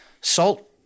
salt